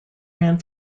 ran